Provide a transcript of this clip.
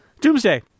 Doomsday